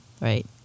right